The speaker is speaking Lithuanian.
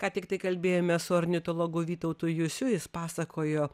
ką tiktai kalbėjomės su ornitologu vytautu jusiu jis pasakojo